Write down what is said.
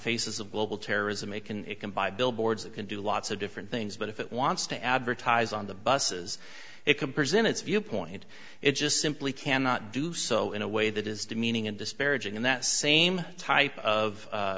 faces of global terrorism a can it can buy billboards it can do lots of different things but if it wants to advertise on the buses it can present its viewpoint it just simply cannot do so in a way that is demeaning and disparaging and that same type of